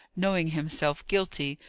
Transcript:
knowing himself guilty,